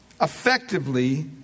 effectively